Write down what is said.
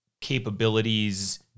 capabilities